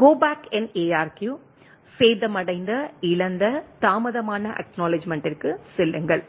கோ back N ARQ சேதமடைந்த இழந்த தாமதமான அக்நாலெட்ஜ்மெண்ட்டிற்க்கு செல்லுங்கள்